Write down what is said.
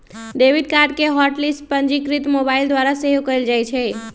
debit card के hot list पंजीकृत mobile द्वारा सेहो कएल जाइ छै